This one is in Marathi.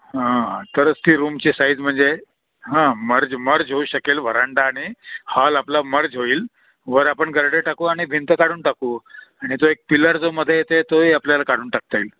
हां तरच ती रूमची साईज म्हणजे हां मर्ज मर्ज होऊ शकेल व्हरांडा आणि हॉल आपला मर्ज होईल वर आपण गरडे टाकू आणि भिंत काढून टाकू आणि तो एक पिल्लर जो मध्ये येते तोही आपल्याला काढून टाकता येईल